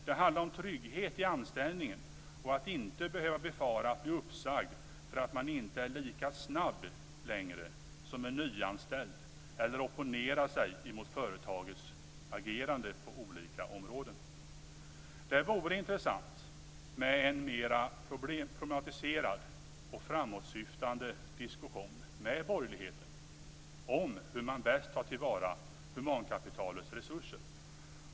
Det handlar om trygghet i anställningen och att inte behöva befara att bli uppsagd för att man inte är lika snabb längre som en nyanställd eller för att man opponerar sig mot företagets agerande på olika områden. Det vore intressant med en mer problematiserad och framåtsyftande diskussion med borgerligheten om hur man bäst tar till vara humankapitalets resurser.